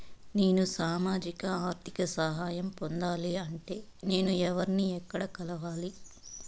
నేను సామాజిక ఆర్థిక సహాయం పొందాలి అంటే నేను ఎవర్ని ఎక్కడ కలవాలి?